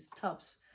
tubs